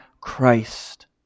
Christ